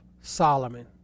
Solomon